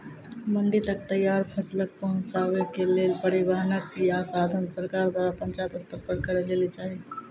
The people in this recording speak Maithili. मंडी तक तैयार फसलक पहुँचावे के लेल परिवहनक या साधन सरकार द्वारा पंचायत स्तर पर करै लेली चाही?